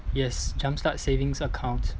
yes jumpstart savings account